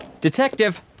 Detective